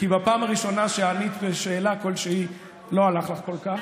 כי בפעם הראשונה שענית בשאלה כלשהי לא הלך כל כך.